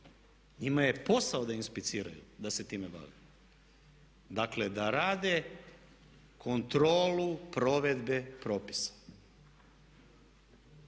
Njima je posao da inspiciraju, da se time bave. Dakle, da rade kontrolu provedbe propisa.